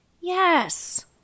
Yes